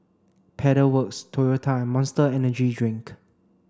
Pedal Works Toyota Monster Energy Drink